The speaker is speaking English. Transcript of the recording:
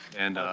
and